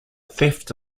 theft